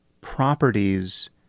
properties